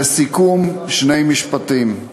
לסיכום, שני משפטים: